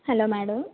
hello madam